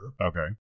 Okay